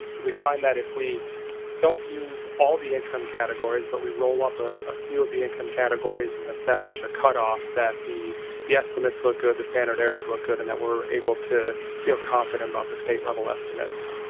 we find that if we don't use all the income categories but we roll up ah a few of the income categories and establish a cut off that the the estimates look good, the standard errors look good and that we're able to feel confident about the state level estimates.